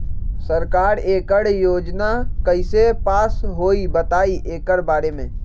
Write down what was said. सरकार एकड़ योजना कईसे पास होई बताई एकर बारे मे?